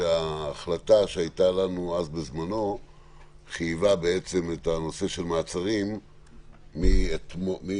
ההחלטה שהייתה לנו בזמנו חייבה את נושא המעצרים מאתמול.